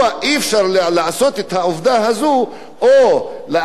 או לחוקק איזה חוק כדי להיטיב עם האנשים האלה?